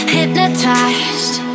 Hypnotized